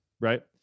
right